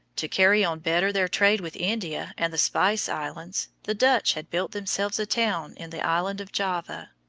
to carry on better their trade with india and the spice islands, the dutch had built themselves a town in the island of java.